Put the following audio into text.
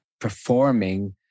performing